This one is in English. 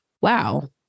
wow